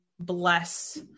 Bless